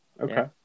Okay